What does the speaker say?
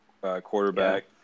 quarterback